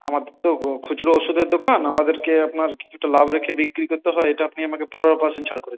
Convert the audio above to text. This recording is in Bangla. আমাদের তো খুচরো ওষুধের দোকান আমাদেরকে আপনার কিছুটা লাভ রেখে বিক্রি করতে হয় এটা আপনি আপনাকে পনেরো পারসেন্ট ছাড় করে দিন